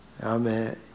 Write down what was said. Amen